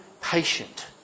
patient